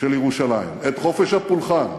של ירושלים, את חופש הפולחן,